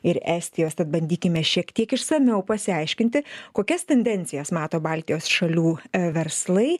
ir estijos tad bandykime šiek tiek išsamiau pasiaiškinti kokias tendencijas mato baltijos šalių verslai